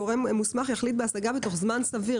"גורם מוסמך יחליט בהשגה בתוך זמן סביר".